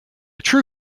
true